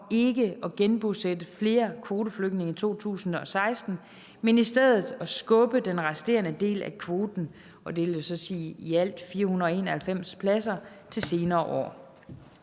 ikke at genbosætte flere kvoteflygtninge i 2016, men i stedet skubbe den resterende del af kvoten – og det vil sige i alt 491 pladser – til senere år.